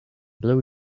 blue